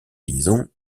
liaison